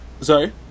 Sorry